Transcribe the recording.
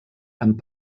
amb